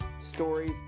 stories